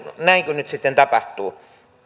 näinkö nyt sitten tapahtuu